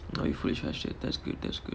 oh you fully charged it that's good that's good